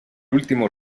último